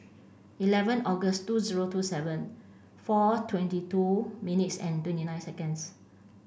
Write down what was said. eleven August two zero two seven four twenty two minutes and twenty nine seconds